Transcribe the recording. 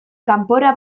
kanpora